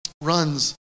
runs